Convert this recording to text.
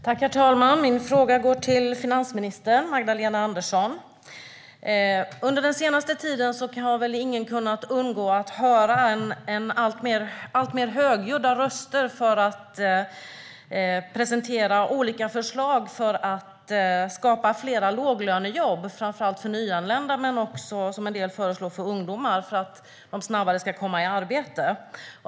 Herr talman! Min fråga går till finansminister Magdalena Andersson. Under den senaste tiden har väl ingen kunnat undgå att höra alltmer högljudda röster presentera olika förslag för att skapa fler låglönejobb för framför allt nyanlända och ungdomar för att de snabbare ska komma i arbete.